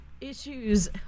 issues